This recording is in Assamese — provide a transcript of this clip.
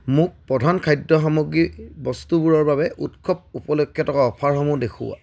মোক প্ৰধান খাদ্য সামগ্ৰীৰ বস্তুবোৰৰ বাবে উৎসৱ উপলক্ষে থকা অফাৰসমূহ দেখুওৱা